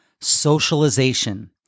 Socialization